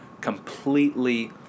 completely